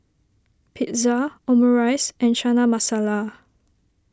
Pizza Omurice and Chana Masala